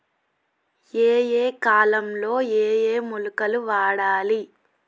ఏయే కాలంలో ఏయే మొలకలు వాడాలి?